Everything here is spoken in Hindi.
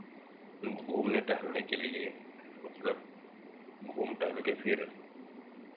घूमने टहलने के लिए मतलब घूम टहल कर फिर